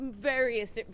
various